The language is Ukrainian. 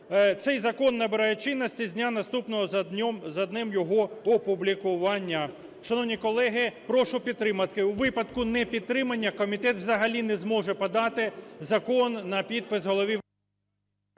Цей закон набирає чинності з дня, наступного за днем його опублікування. Шановні колеги, прошу підтримати. У випадкунепідтримання комітет взагалі не зможе подати закон на підпис… ГОЛОВУЮЧИЙ.